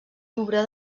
louvre